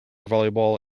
volleyball